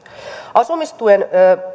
asumistuen